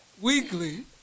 weekly